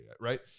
right